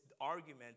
argument